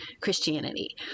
Christianity